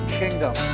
kingdom